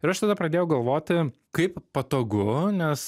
ir aš tada pradėjau galvoti kaip patogu nes